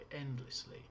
endlessly